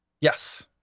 Yes